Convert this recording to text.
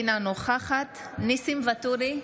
אינה נוכחת ניסים ואטורי,